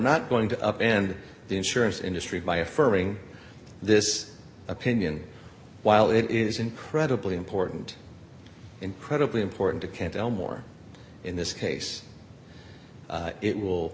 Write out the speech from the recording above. not going to up end the insurance industry by affirming this opinion while it is incredibly important incredibly important to can tell more in this case it will